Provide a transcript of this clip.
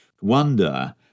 wonder